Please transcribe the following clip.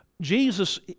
Jesus